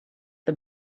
the